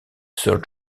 sir